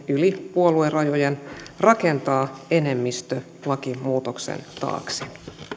puoluerajojen rakentaa enemmistön lakimuutoksen taakse